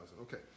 Okay